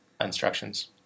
instructions